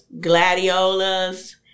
gladiolas